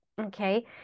okay